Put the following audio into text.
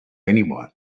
anyone